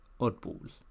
oddballs